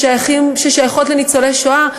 ששייכות לניצולי השואה,